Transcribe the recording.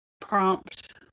Prompt